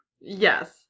Yes